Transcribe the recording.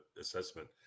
assessment